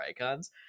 icons